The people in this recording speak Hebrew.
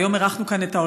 והיום אירחנו כאן את העולם,